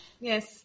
Yes